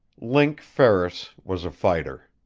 link ferris was a fighter.